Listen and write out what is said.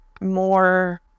more